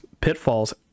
pitfalls